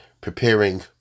preparing